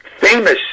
famous